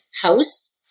house